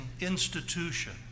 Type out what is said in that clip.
institution